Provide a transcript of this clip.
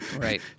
right